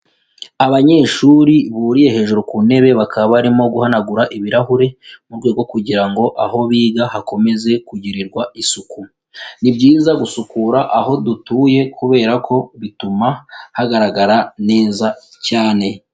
Abanyeshuri buriye hejuru ku ntebe bakaba barimo guhanagura ibirahure mu rwego kugira ngo aho biga hakomeze kugirirwa isuku, ni byiza gusukura aho dutuye kubera ko bituma hagaragara neza cyane.